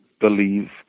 believe